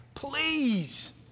Please